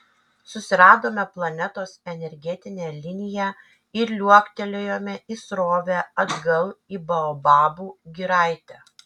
susiradome planetos energetinę liniją ir liuoktelėjome į srovę atgal į baobabų giraitę